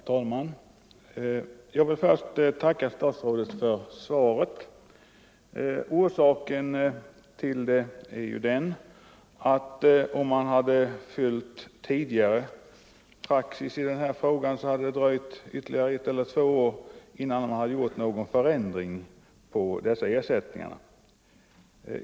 Herr talman! Jag vill först tacka statsrådet för svaret. Anledningen till min fråga är att om man hade följt tidigare praxis när det gäller denna sak så skulle det ha dröjt ytterligare ett eller två år innan man höjt ersättningen.